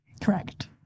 Correct